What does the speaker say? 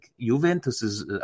Juventus